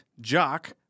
Jock